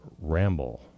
Ramble